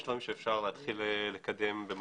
יש דברים שאפשר לקדם במקביל.